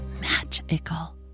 magical